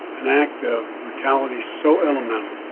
an act of brutality so elemental.